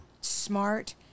smart